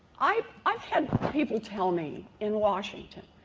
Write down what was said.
i've i've had people tell me in washington,